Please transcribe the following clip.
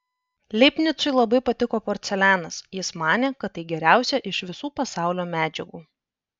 leibnicui labai patiko porcelianas jis manė kad tai geriausia iš visų pasaulio medžiagų